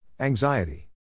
Anxiety